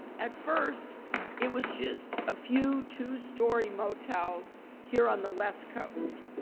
at first it was just a few two story motels here on the west coast,